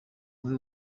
amwe